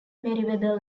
meriwether